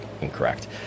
incorrect